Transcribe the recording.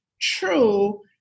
True